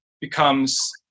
becomes